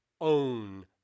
own